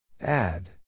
Add